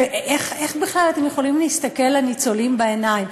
איך בכלל אתם יכולים להסתכל לניצולים בעיניים?